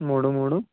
మూడు మూడు